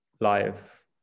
life